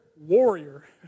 warrior